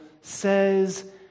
says